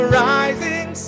rising